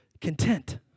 content